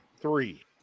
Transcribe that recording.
three